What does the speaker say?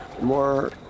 more